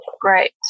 great